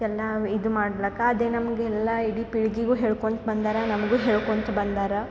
ಎಲ್ಲ ಇದು ಮಾಡ್ಲಕ್ಕ ಅದೇ ನಮಗೆಲ್ಲ ಇಡೀ ಪೀಳ್ಗಿಗೂ ಹೇಳ್ಕೊಂತ ಬಂದಾರ ನಮ್ಗೂ ಹೇಳ್ಕೊಂತ ಬಂದಾರ